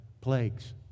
plagues